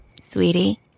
Sweetie